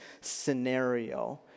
scenario